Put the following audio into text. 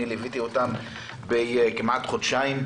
אני לוויתי אותם כמעט חודשיים,